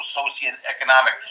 socioeconomic